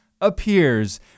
appears